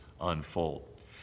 unfold